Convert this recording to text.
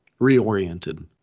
reoriented